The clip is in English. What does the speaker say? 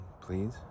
Please